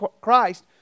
Christ